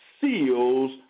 seals